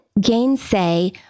gainsay